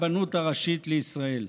רק הרבנות הראשית לישראל.